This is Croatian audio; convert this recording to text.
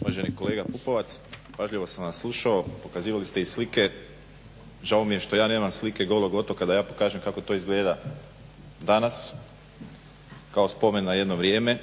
Uvaženi kolega Pupovac pažljivo sam vas slušao, pokazivali ste i slike, žao mi je što ja nemam slike Golog otoka da ja pokažem kako to izgleda danas kao spomen na jedno vrijeme,